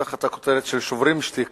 תחת הכותרת של: שוברים שתיקה,